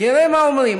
תראה מה אומרים.